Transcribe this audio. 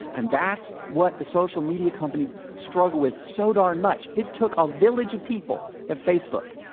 and that's what the social media companies struggle with so darn much. it took a village of people at facebook,